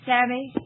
Sammy